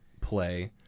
play